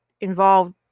involved